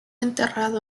enterrado